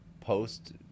post